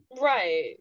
Right